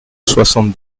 soixante